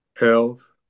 health